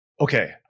Okay